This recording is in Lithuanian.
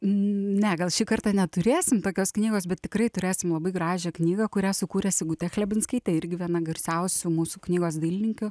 ne gal šį kartą neturėsim tokios knygos bet tikrai turėsim labai gražią knygą kurią sukūrė sigutė chlebinskaitė irgi viena garsiausių mūsų knygos dailininkių